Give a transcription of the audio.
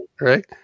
Right